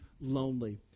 lonely